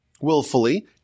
willfully